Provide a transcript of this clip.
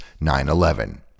9-11